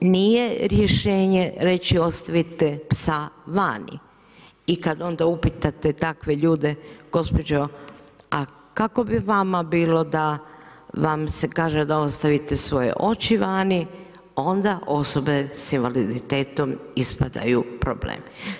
Nije rješenje reći ostavite psa vani i kada onda upitate takve ljude, gospođo a kako bi vama bilo da vam se kaže da ostavite svoje oči vani onda osobe s invaliditetom ispadaju problem.